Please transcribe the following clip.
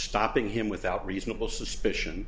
stopping him without reasonable suspicion